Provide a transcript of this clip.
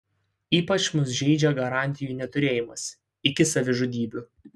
ypač mus žeidžia garantijų neturėjimas iki savižudybių